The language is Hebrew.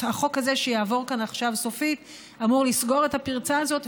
החוק הזה שיעבור כאן עכשיו סופית אמור לסגור את הפרצה הזאת,